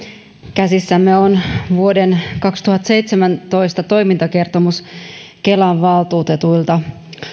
käsissämme on vuoden kaksituhattaseitsemäntoista toimintakertomus kelan valtuutetuilta